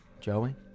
Joey